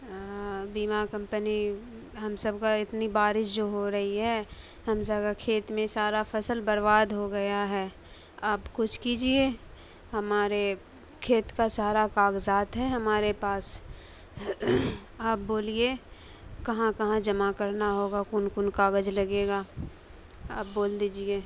بیما کمپنی ہم سب کا اتنی بارش جو ہو رہی ہے ہم جگہ کھیت میں سارا فصل برباد ہو گیا ہے آپ کچھ کیجیے ہمارے کھیت کا سارا کاغذات ہے ہمارے پاس آپ بولیے کہاں کہاں جمع کرنا ہوگا کون کون کاغذ لگے گا آپ بول دیجیے